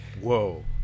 whoa